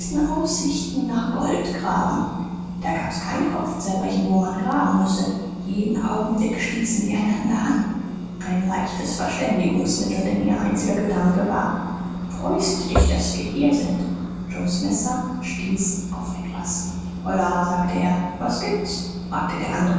aussichten nach gold graben da gab's kein kopfzerbrechen wo man graben müsse jeden augenblick stießen sie einander an ein leichtes verständigungsmittel denn ihr einziger gedanke war freust dich daß wie hier sind joes messer stieß auf etwas holla sagte er was gibt's fragte der andere